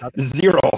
Zero